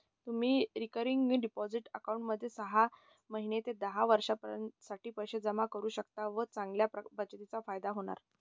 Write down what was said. तुम्ही recurring deposit अकाउंटमध्ये सहा महिने ते दहा वर्षांसाठी पैसे जमा करू शकता व चांगल्या बचतीचा फायदा होणार